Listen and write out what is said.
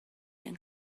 can